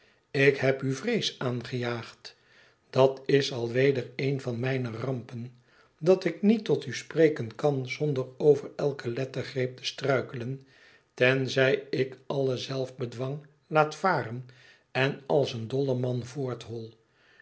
ik heb u vrees aangejaagd dat is alweder een van mijne rampen dat ik niet tot u spreken kan zonder over elke lettergreep t struikelen tenzij ik alle zelfbedwang laat varen en als een dolleman voorthol